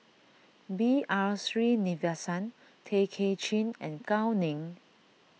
B R Sreenivasan Tay Kay Chin and Gao Ning